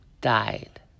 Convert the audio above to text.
died